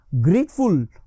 grateful